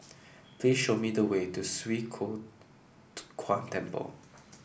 please show me the way to Swee Kow Kuan Temple